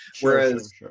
Whereas